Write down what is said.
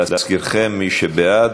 להזכירכם, מי שבעד,